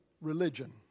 religion